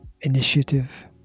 Initiative